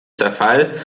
zerfall